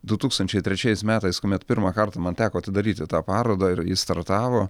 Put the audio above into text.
du tūkstančiai trečiais metais kuomet pirmą kartą man teko atidaryti tą parodą ir ji startavo